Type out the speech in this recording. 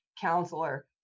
counselor